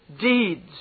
deeds